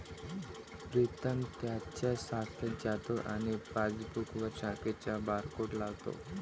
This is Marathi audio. प्रीतम त्याच्या शाखेत जातो आणि पासबुकवर शाखेचा बारकोड लावतो